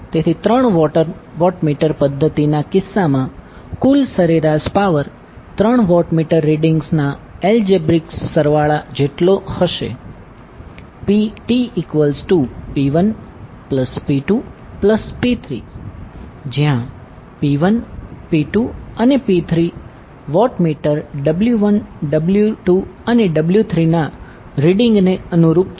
તેથી ત્રણ વોટમીટર પધ્ધતિના કિસ્સામાં કુલ સરેરાશ પાવર ત્રણ વોટમીટર રીડિંગ્સના એલ્જીબ્રિક સરવાળા જેટલો થશે PTP1P2P3 જ્યાં P1 P2 અને P3અને વોટમીટર W1 W2 અને W3ના રીડીંગને અનુરૂપ છે